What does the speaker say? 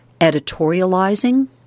editorializing